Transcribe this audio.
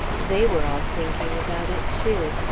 they were all thinking about it, too.